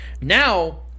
Now